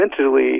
mentally